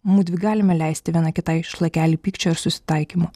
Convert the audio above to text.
mudvi galime leisti viena kitai šlakelį pykčio ir susitaikymo